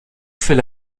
fait